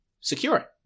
secure